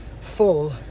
full